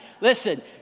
Listen